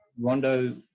rondo